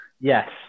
Yes